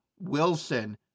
Wilson